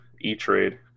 e-trade